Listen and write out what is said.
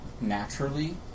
naturally